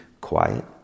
quiet